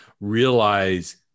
realize